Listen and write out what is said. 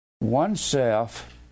oneself